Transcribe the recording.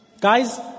Guys